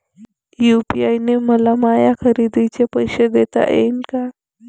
UPI न मले माया खरेदीचे पैसे देता येईन का?